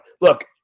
Look